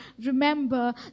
remember